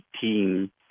team